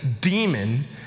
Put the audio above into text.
demon